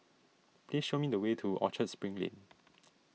please show me the way to Orchard Spring Lane